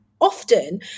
often